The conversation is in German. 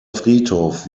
friedhof